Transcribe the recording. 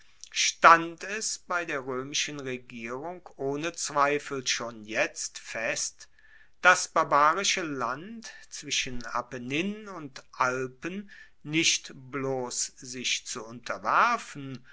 stand es bei der roemischen regierung ohne zweifel schon jetzt fest das barbarische land zwischen apennin und alpen nicht bloss sich zu unterwerfen